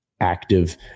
Active